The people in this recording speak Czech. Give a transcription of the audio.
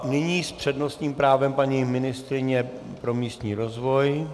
Nyní s přednostním právem paní ministryně pro místní rozvoj.